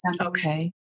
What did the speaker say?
Okay